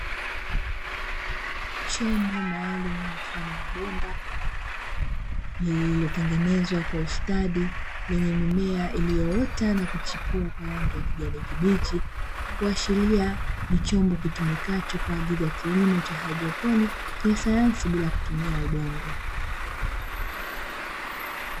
Chombo maalumu mfano wa bomba lililotengenezwa kwa ustadi, lenye mimea iliyoota na kuchipua kwa rangi ya kijani kibichi; kuashiria ni chombo kitumikacho kwa ajili ya kilimo cha haidroponi ya sayansi bila kutumia udongo.